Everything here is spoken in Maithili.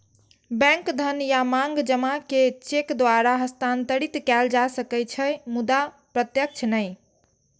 बैंक धन या मांग जमा कें चेक द्वारा हस्तांतरित कैल जा सकै छै, मुदा प्रत्यक्ष नहि